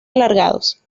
alargados